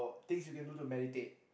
things you can do to meditate